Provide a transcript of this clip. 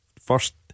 First